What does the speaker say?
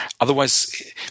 otherwise